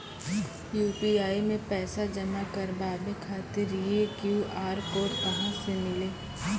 UPI मे पैसा जमा कारवावे खातिर ई क्यू.आर कोड कहां से मिली?